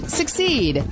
succeed